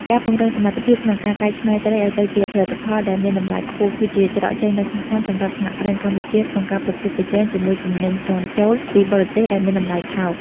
ការពង្រឹងសមត្ថភាពក្នុងការកែច្នៃត្រីឱ្យទៅជាផលិតផលដែលមានតម្លៃខ្ពស់ គឺជាច្រកចេញដ៏សំខាន់សម្រាប់សហគ្រិនកម្ពុជាក្នុងការប្រកួតប្រជែងជាមួយទំនិញនាំចូលពីបរទេសដែលមានតម្លៃថោក។